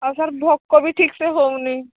ଆଉ ସାର୍ ଭୋକ ବି ଠିକ୍ସେ ହେଉନି